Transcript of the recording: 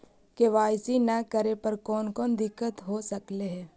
KYC न करे पर कौन कौन दिक्कत हो सकले हे?